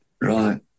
Right